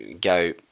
go